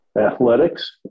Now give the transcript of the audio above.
athletics